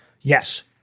Yes